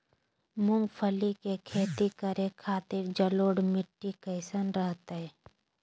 मूंगफली के खेती करें के खातिर जलोढ़ मिट्टी कईसन रहतय?